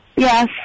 Yes